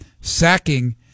sacking